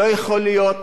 לא יכול להיות